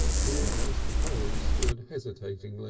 then mr. polly stood hesitating, like